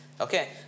Okay